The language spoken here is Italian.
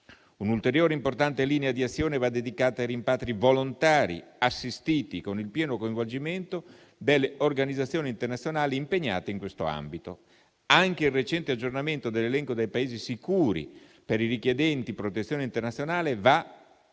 Una ulteriore importante linea di azione va dedicata ai rimpatri volontari, assistiti, con il pieno coinvolgimento delle organizzazioni internazionali impegnate in questo ambito. Anche il recente aggiornamento dell'elenco dei Paesi sicuri per i richiedenti protezione internazionale va nella